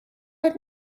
von